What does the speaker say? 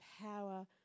power